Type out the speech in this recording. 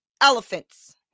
elephants